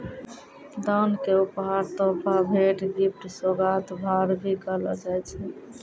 दान क उपहार, तोहफा, भेंट, गिफ्ट, सोगात, भार, भी कहलो जाय छै